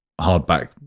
hardback